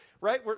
right